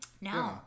No